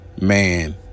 man